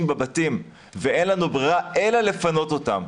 בבתים ואין לנו ברירה אלא לפנות אותם,